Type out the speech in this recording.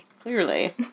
Clearly